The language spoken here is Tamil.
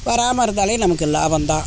வராமல் இருந்தாலே நமக்கு லாபம்தான்